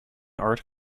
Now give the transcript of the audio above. art